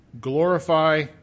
glorify